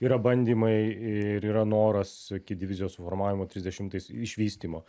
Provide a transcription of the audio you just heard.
yra bandymai ir yra noras iki divizijos suformavimo trisdešimtais išvystymo